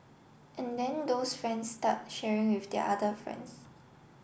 and then those friends start sharing with their other friends